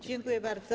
Dziękuję bardzo.